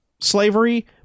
slavery